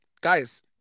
Guys